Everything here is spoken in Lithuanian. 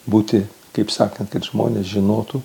būti kaip sakant kad žmonės žinotų